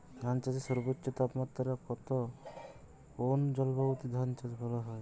ধান চাষে সর্বোচ্চ তাপমাত্রা কত কোন জলবায়ুতে ধান চাষ ভালো হয়?